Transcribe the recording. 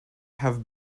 have